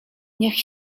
niech